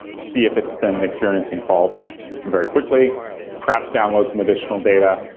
see if it's been experiencing faults very quickly perhaps download some additional data,